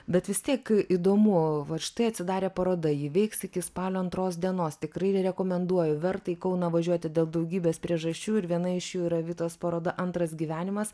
bet vis tiek įdomu vat štai atsidarė paroda ji veiks iki spalio antros dienos tikrai rekomenduoju verta į kauną važiuoti dėl daugybės priežasčių ir viena iš jų yra vitos paroda antras gyvenimas